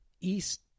East